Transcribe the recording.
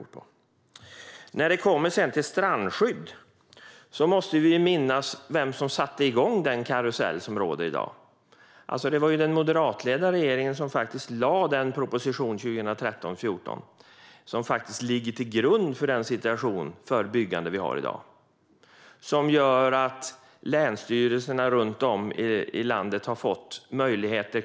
När det kommer till strandskydd måste vi minnas vem som satte igång den karusell som råder i dag. Det var faktiskt den moderatledda regeringen som 2013/14 lade fram den proposition som ligger till grund för den situation för byggande som vi har i dag och som gör att länsstyrelserna runt om i landet har fått möjligheter.